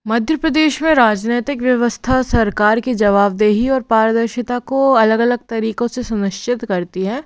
मध्य प्रदेश में राजनीतिक व्यवस्था सरकार की जवाबदेही और पारदर्शिता को अलग अलग तरीकों से सुनिश्चित करती है